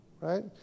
Right